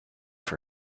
for